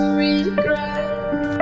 regret